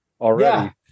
already